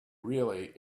really